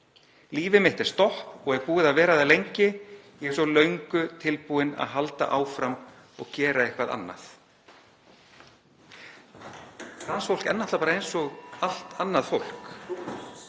Lífið mitt er stopp og er búið að vera það lengi, ég er svo löngu tilbúin að halda áfram og gera eitthvað annað.“ Trans fólk er náttúrlega eins og allt annað fólk.